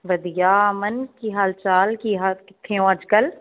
ਵਧੀਆ ਅਮਨ ਕੀ ਹਾਲ ਚਾਲ ਕੀ ਹਾਲ ਕਿੱਥੇ ਹੋ ਅੱਜ ਕੱਲ੍ਹ